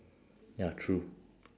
ya true